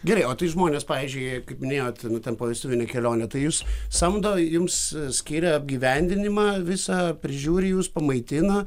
gerai o tai žmonės pavyzdžiui kaip minėjot nu ten povestuvinę kelionę tai jus samdo jums skiria apgyvendinimą visą prižiūri jus pamaitina